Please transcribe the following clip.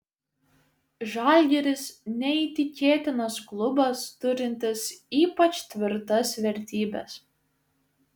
žalgiris neįtikėtinas klubas turintis ypač tvirtas vertybes